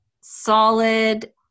solid